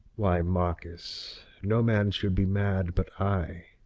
why, marcus, no man should be mad but i.